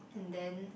and then